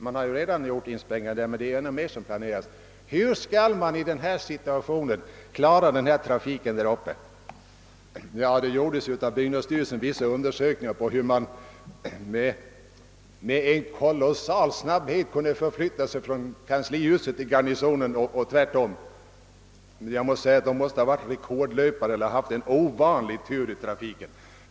Det har redan gjorts insprängningar där, ännu flera kommer att göras. Hur skall trafikfrågorna kunna klaras? Byggnadsstyrelsen gjorde ju vissa undersökningar som skulle ha visat att man snabbt kan komma från kanslihuset till kvarteret Garnisonen och tvärtom. Men när de undersökningarna gjordes måste man ha satt in en rekordlöpare på sträckan eller också har man haft ovanlig tur i trafiken.